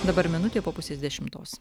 dabar minutė po pusės dešimtos